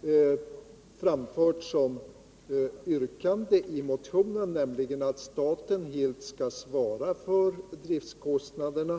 vi framfört i motionen om att staten helt borde svara för driftkostnaderna.